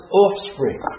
offspring